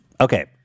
okay